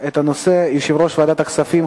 את הנושא יושב-ראש ועדת הכספים,